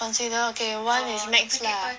consider okay [one] is nex lah